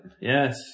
Yes